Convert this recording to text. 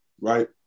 right